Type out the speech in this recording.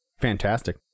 fantastic